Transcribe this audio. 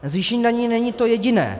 Zvýšení daní není to jediné.